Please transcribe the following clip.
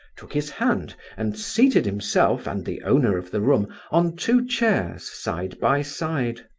took his hand and seated himself and the owner of the room on two chairs side by side.